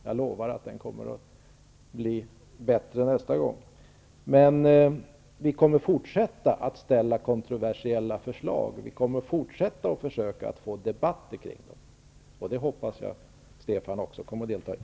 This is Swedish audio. Jag lovar att den blir bättre nästa gång, men vi kommer att fortsätta att lägga fram kontroversiella förslag och att försöka få debatt om dem -- jag hoppas att Stefan Attefall också deltar i de debatterna.